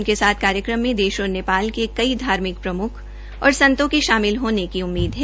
उनके साथ कार्यक्रम में देश और नेपाल के कई धार्मिक प्रमुखों और संतों के शामिल होने की उम्मीद है